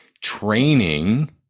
training